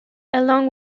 along